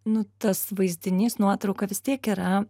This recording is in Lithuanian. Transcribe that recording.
nu tas vaizdinys nuotrauka vis tiek yra